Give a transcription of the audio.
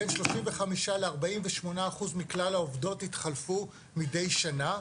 בין 35% ל-48% מכלל העובדות התחלפו מדי שנה,